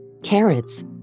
carrots